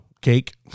Cake